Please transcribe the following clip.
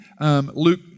Luke